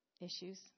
issues